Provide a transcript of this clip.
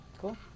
Cool